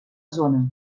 zona